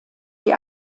die